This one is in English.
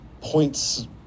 points